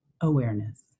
awareness